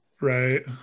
Right